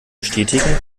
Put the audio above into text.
bestätigen